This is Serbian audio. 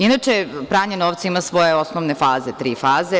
Inače, pranje novca ima svoje osnovne faze – tri vaze.